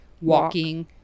walking